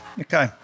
Okay